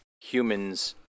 humans